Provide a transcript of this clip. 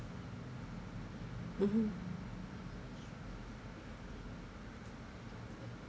mmhmm